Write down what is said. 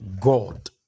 God